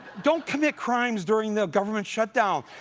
don't commit crimes during the government shutdown.